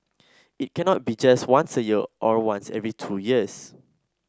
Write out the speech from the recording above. it cannot be just once a year or once every two years